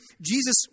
Jesus